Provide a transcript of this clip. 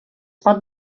pot